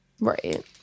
right